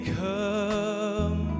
come